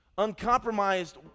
uncompromised